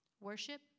worship